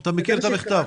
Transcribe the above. אתה מכיר את המכתב?